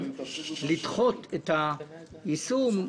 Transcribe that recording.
לדחות את היישום,